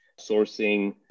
sourcing